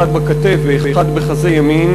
אחד בכתף ואחד בחזה בצד ימין,